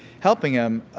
helping him.